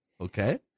Okay